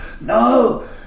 no